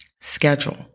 Schedule